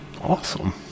Awesome